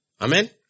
Amen